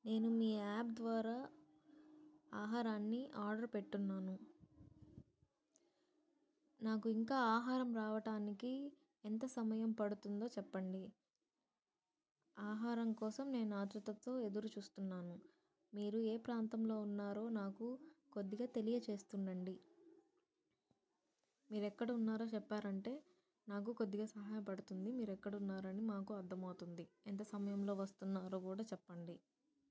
నేను మీ యాప్ ద్వారా ఆహారాన్ని ఆర్డర్ పెట్టిన్నాను నాకు ఇంకా ఆహారం రావటానికి ఎంత సమయం పడుతుందో చెప్పండి ఆహారం కోసం నేను ఆత్రుతతో ఎదురుచూస్తున్నాను మీరు ఏ ప్రాంతంలో ఉన్నారో నాకు కొద్దిగా తెలియ చేస్తు ఉండండి మీరు ఎక్కడ ఉన్నారో చెప్పారంటే నాకు కొద్దిగా సహాయపడుతుంది మీరు ఎక్కడ ఉన్నారని మాకు అర్థమవుతుంది ఎంత సమయంలో వస్తున్నారో కూడా చెప్పండి